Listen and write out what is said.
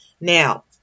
Now